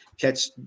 catch